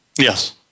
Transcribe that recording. Yes